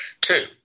Two